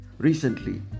Recently